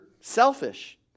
selfish